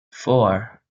four